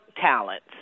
talents